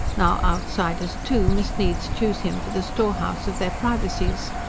now, outsiders, too, must needs choose him for the storehouse of their privacies.